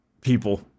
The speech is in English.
people